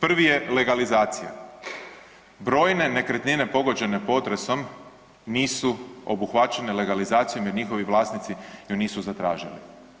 Prvi je legalizacija, brojne nekretnine pogođene potresom nisu obuhvaćene legalizacijom jer njihovi vlasnici ju nisu zatražili.